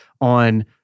on